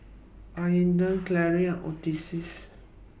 Aydan Carie and Ottis